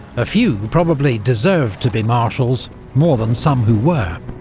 a few probably deserved to be marshals more than some who were.